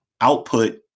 output